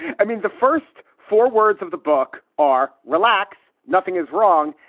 i mean, the first four words of the book are relax. nothing is wrong.